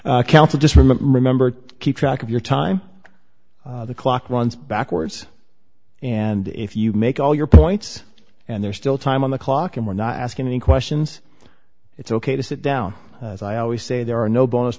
argued counsel just remember to keep track of your time the clock runs backwards and if you make all your points and there's still time on the clock and we're not asking any questions it's ok to sit down i always say there are no bonus